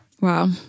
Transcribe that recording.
Wow